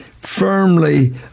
firmly